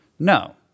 No